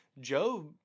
Job